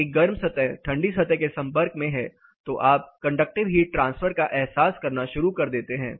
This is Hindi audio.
एक गर्म सतह ठंडी सतह के संपर्क में है तो आप कंडक्टिव हीट ट्रांसफर का एहसास करना शुरू कर देते हैं